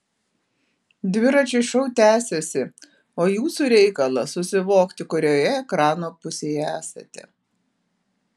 dviračio šou tęsiasi o jūsų reikalas susivokti kurioje ekrano pusėje esate